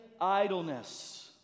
idleness